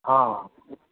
हा